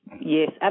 Yes